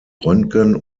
röntgen